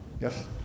Yes